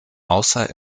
außer